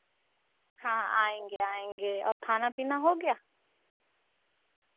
हाँ आएँगे आएँगे और खाना पीना हो गया